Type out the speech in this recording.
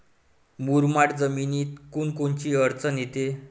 मुरमाड जमीनीत कोनकोनची अडचन येते?